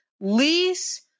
lease